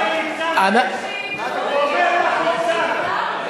לא ייתכן, מנשים, הוא אומר לך שהגזמת,